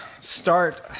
start